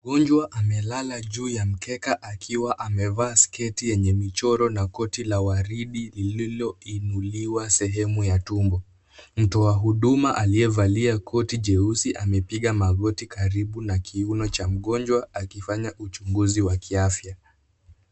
Mgonjwa amelala juu ya mkeka akiwa amevaa sketi yenye michoro na koti la waridi lililoinuliwa sehemu ya tumbo, mtoa huduma aliyevalia koti jeusi amepiga magoti karibu na kiuno cha mgonjwa akifanya uchunguzi wa kiafya.